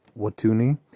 Watuni